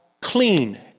clean